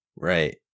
Right